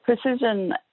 Precision